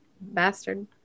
bastard